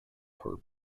per